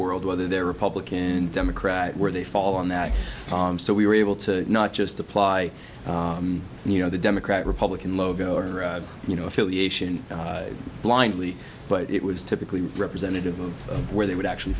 world whether they're republican and democrat where they fall on that so we were able to not just apply and you know the democrat republican logo or you know affiliation blindly but it was typically representative of where they would actually